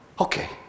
Okay